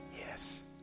yes